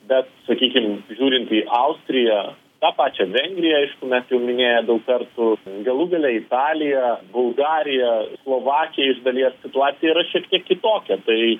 bet sakykim žiūrint į austriją tą pačią vengriją aišku mes jau minėję daug kartų galų gale italija bulgarija slovakija iš dalies situacija yra šiek tiek kitokia tai